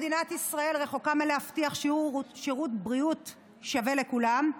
מדינת ישראל רחוקה מלהבטיח שירות בריאות שווה לכולם,